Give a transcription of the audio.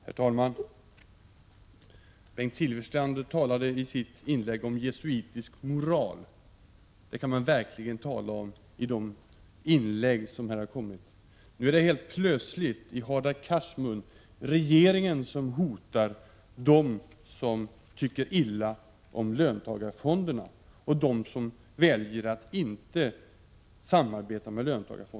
Herr talman! Bengt Silfverstrand talade i sitt inlägg om jesuitisk moral. Man kan verkligen tala om en sådan i de inlägg som här har förekommit. Nu är det helt plötsligt, i Hadar Cars mun, regeringen som hotar dem som tycker illa om löntagarfonderna och dem som väljer att inte samarbeta med dessa.